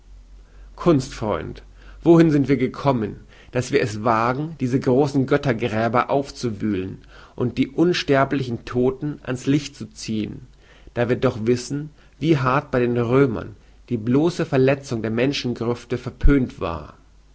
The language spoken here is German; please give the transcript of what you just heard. kunstfreund wohin sind wir gekommen daß wir es wagen diese großen göttergräber aufzuwühlen und die unsterblichen todten ans licht zu ziehen da wir doch wissen wie hart bei den römern die bloße verletzung der menschengrüfte verpönt war